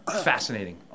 fascinating